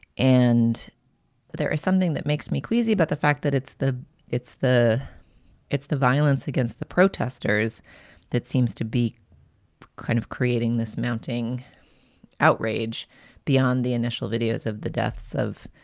and there is something that makes me queasy about but the fact that it's the it's the it's the violence against the protesters that seems to be kind of creating this mounting outrage beyond the initial videos of the deaths of